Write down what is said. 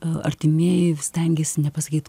artimieji stengiasi nepasakyt